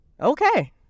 Okay